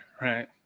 right